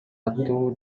аттуу